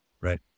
Right